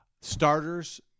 starters